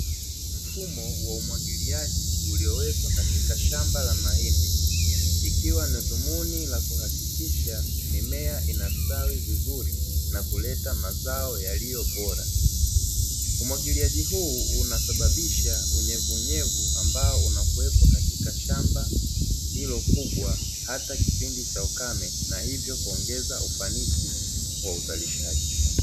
Mfumo wa umwagiliaji uliyowekwa katika shamba la mahindi, ikiwa ni dhumuni la kuhakikisha mimea inastawi vizuri na kuleta mazao yaliyobora. Umwagiliaji huu unasababisha unyevunyevu ambao unakuwepo katika shamba hilo kubwa hata kipindi cha ukame, na hivyo kuongeza ufanisi wa uzalishaji.